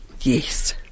yes